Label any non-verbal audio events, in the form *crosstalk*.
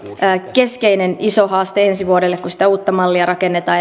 keskeinen iso haaste ensi vuodelle kun sitä uutta mallia rakennetaan *unintelligible*